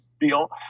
deal